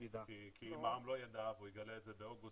כי אם העם לא יידע והוא יגלה את זה באוגוסט